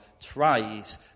tries